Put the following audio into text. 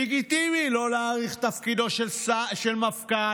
לגיטימי לא להאריך תפקידו של מפכ"ל,